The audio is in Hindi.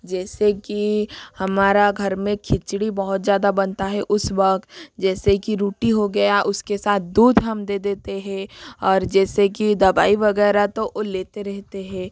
जैसे कि हमारा घर में खिचड़ी बहुत ज़्यादा बनता है उस वक्त जैसे कि रोटी हो गया उसके साथ दूध हम दे देते है और जैसे कि दवाई वगैरह तो ओ लेते रहते है